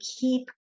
keep